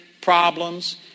problems